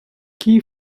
key